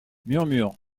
murmures